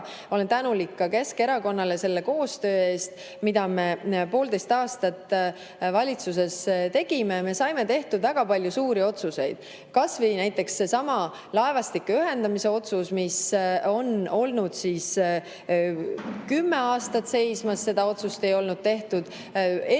Olen tänulik ka Keskerakonnale selle koostöö eest, mida me poolteist aastat valitsuses tegime. Me saime tehtud väga palju suuri otsuseid. Kas või näiteks seesama laevastike ühendamise otsus, mis oli kümme aastat seisnud, seda otsust ei olnud tehtud.